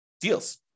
deals